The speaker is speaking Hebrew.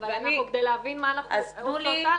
אבל כדי לבין מה אנחנו עושות הלאה,